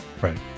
Right